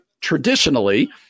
traditionally